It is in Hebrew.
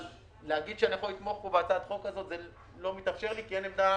אבל להגיד שאנחנו נתמוך בו בהצעת החוק הזאת זה לא מתאפשר לי כי אין עמדה